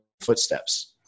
footsteps